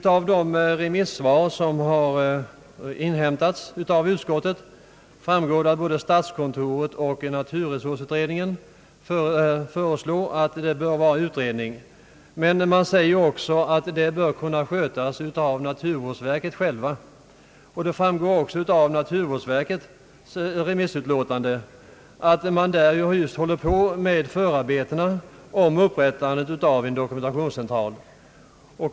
Av de remissvar som utskottet inhämtat framgår det att både statskontoret och naturresursutredningen förordar utredning men att den bör kunna skötas av naturvårdsverket. Det framgår också av naturvårdsverkets remissyttrande att man där håller på med förarbetena till upprättandet av en dokumentationscentral.